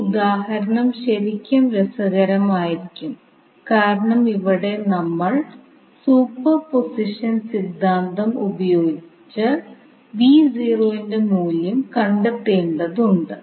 ഈ ഉദാഹരണം ശരിക്കും രസകരമായിരിക്കും കാരണം ഇവിടെ നമ്മൾ സൂപ്പർ പോസിഷൻ സിദ്ധാന്തം ഉപയോഗിച്ച് V0 ന്റെ മൂല്യം കണ്ടെത്തേണ്ടതുണ്ട്